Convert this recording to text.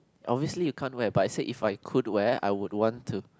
obviously you can't wear but I said if I could wear I would want to